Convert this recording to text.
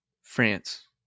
France